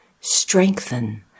Strengthen